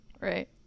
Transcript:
Right